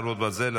חרבות ברזל),